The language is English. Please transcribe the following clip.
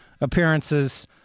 appearances